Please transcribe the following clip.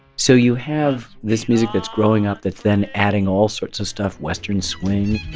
so you have this music that's growing up that's then adding all sorts of stuff western swing.